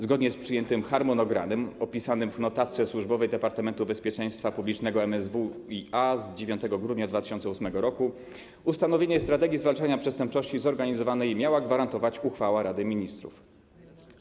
Zgodnie z przyjętym harmonogramem, opisanym w notatce służbowej Departamentu Bezpieczeństwa Publicznego MSWiA z 9 grudnia 2008 r., ustanowienie strategii zwalczania przestępczości zorganizowanej miała gwarantować uchwała Rady Ministrów.